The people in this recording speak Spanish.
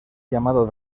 llamado